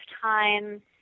time